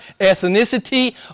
ethnicity